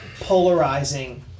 polarizing